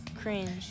cringe